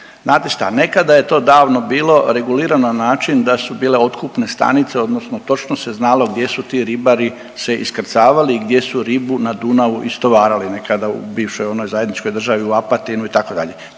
Znate šta, nekada je to davno bilo regulirano na način da su bile otkupne stanice odnosno točno se znalo gdje su ti ribari se iskrcavali i gdje su ribu na Dunavu istovarali, nekada u bivšoj onoj zajedničkoj državi u Apatinu itd., takvih